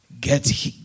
Get